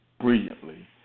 brilliantly